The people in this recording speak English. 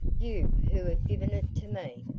you who've given it to me!